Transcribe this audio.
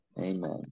Amen